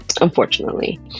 unfortunately